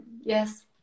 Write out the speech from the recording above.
yes